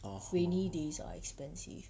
rainy days are expensive